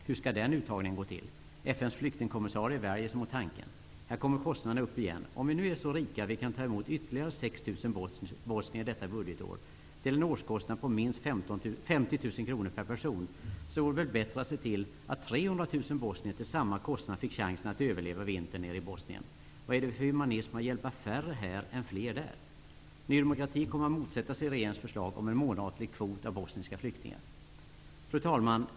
Hur skall den uttagningen gå till? FN:s flyktingkommissarie värjer sig mot tanken. Här kommer kostnaderna upp igen. Om vi nu är så rika att vi kan ta emot ytterligare 6 000 bosnier detta budgetår till en årskostnad på minst 50 000 kr per person vore det väl bättre att se till att 300 000 bosnier till samma kostnad fick chansen att överleva vintern nere i Bosnien? Vad är det för humanism att hjälpa färre här än fler där? Ny demokrati kommer att motsätta sig regeringens förslag om en månatlig kvot för bosniska flyktingar. Fru talman!